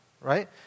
right